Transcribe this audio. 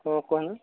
ହଁ କୁହନ୍ତୁ